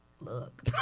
look